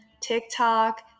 TikTok